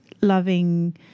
loving